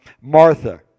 Martha